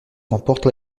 remporte